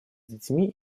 детьми